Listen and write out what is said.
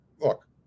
look